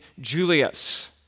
Julius